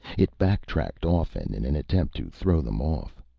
it backtracked often in an attempt to throw them off.